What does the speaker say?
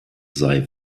sei